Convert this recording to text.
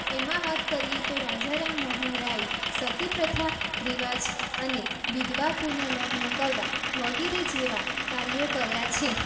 એમાં વાત કરીએ તો રાજારામ મોહન રાય સતીપ્રથા રિવાજ અને વિધવા પુનઃ લગ્ન કરવા વગેરે જેવા કાર્યો કર્યા છે